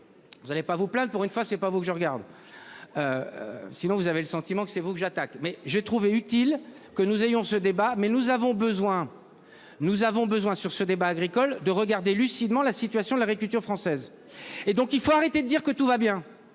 Vous allez pas vous plaindre. Pour une fois ce n'pas vous que je regarde. Sinon vous avez le sentiment que c'est vous que j'attaque mais j'ai trouvé utile que nous ayons ce débat mais nous avons besoin. Nous avons besoin sur ce débat agricole de regarder lucidement. La situation de l'agriculture française. Et donc il faut arrêter de dire que tout va bien.